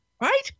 Right